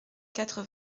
quatre